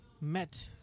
met